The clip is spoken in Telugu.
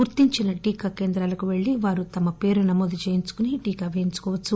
గుర్తించిన టీకా కేంద్రాలకు పెళ్ళి వారు తమ పేరు నమోదు చేయించుకుని టీకా పేయించుకోవచ్చు